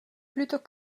plutôt